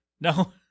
No